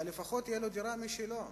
אבל לפחות תהיה לו דירה משלו.